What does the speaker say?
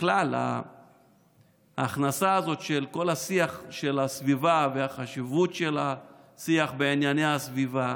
בכלל ההכנסה הזאת של כל השיח של הסביבה והחשיבות של השיח בענייני הסביבה